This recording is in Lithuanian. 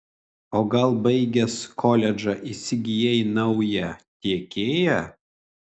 o gal baigęs koledžą įsigijai naują tiekėją